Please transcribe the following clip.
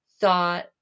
thought